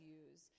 use